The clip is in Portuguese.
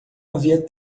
havia